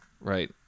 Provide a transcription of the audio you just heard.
right